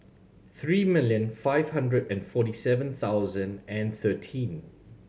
three million five hundred and forty seven thousand and thirteen